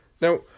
Now